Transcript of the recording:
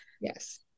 Yes